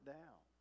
down